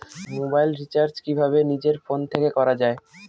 Mobile recharge কিভাবে নিজের phone থেকে করা য়ায়?